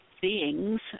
beings